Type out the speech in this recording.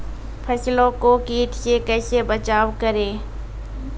फसलों को कीट से कैसे बचाव करें?